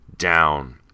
Down